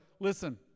Listen